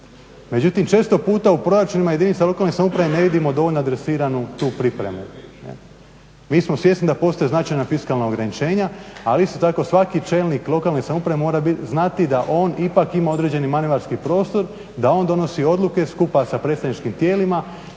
Međutim, često puta u proračunima jedinica lokalne samouprave ne vidimo dovoljno adresiranu tu pripremu. Mi smo svjesni da postoje značajna fiskalna ograničenja ali isto tako svaki čelnik lokalne samouprave mora znati da on ipak ima određeni manevarski prostor, da on donosi odluke skupa sa predstavničkim tijelima.